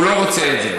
שהוא לא רוצה את זה.